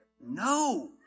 No